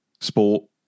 sport